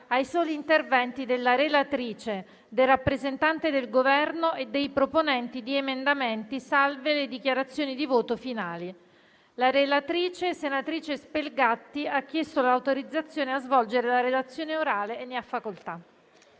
ai soli interventi della relatrice, del rappresentante del Governo e dei proponenti di emendamenti e ordini del giorno, salve le dichiarazioni di voto finale. La relatrice, senatrice Spelgatti, ha chiesto l'autorizzazione a svolgere la relazione orale. Non facendosi